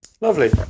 Lovely